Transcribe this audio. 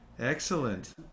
Excellent